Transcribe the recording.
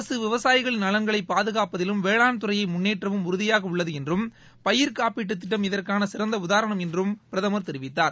அரசு விவசாயிகளின் நலன்களை பாதுகாப்பதிலும் வேளாண்துறையை முன்னேற்றவும் உறுதியாக உள்ளது என்றும் பயிர் காப்பீட்டு திட்டம் இதற்கான சிறந்த உதாரணம் என்றும் பிரதமர் தெரிவித்தார்